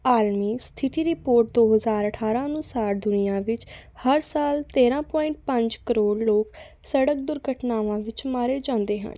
ਆਲਮੀ ਸਥਿਤੀ ਰਿਪੋਰਟ ਦੋ ਹਜ਼ਾਰ ਅਠਾਰ੍ਹਾਂ ਅਨੁਸਾਰ ਦੁਨੀਆ ਵਿੱਚ ਹਰ ਸਾਲ ਤੇਰ੍ਹਾਂ ਪੁਆਇੰਟ ਪੰਜ ਕਰੋੜ ਲੋਕ ਸੜਕ ਦੁਰਘਟਨਾਵਾਂ ਵਿੱਚ ਮਾਰੇ ਜਾਂਦੇ ਹਨ